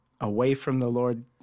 away-from-the-Lord